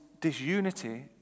disunity